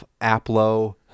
Applo